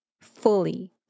fully